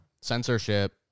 censorship